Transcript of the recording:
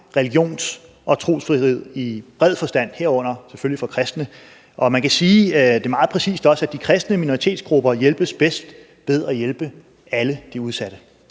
religions- og trosfrihed i bred forstand, herunder selvfølgelig for kristne. Og man kan sige – også meget præcist – at de kristne minoritetsgrupper bedst hjælpes ved at hjælpe alle de udsatte.